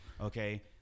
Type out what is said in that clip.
Okay